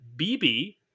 BB